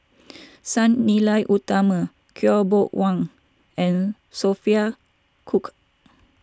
Sang Nila Utama Khaw Boon Wan and Sophia Cooke